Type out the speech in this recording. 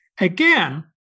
Again